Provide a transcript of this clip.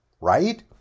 right